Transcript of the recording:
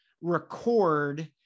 record